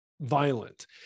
violent